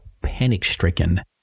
panic-stricken